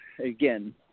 again